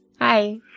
Hi